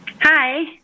Hi